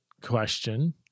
question